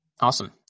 Awesome